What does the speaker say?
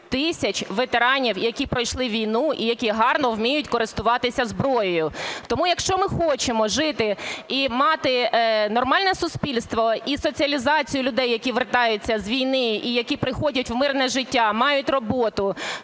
тисяч ветеранів, які пройшли війну і які гарно вміють користуватися зброєю. Тому, якщо ми хочемо жити і мати нормальне суспільство і соціалізацію людей, які вертаються з війни, і які приходять в мирне життя, мають роботу,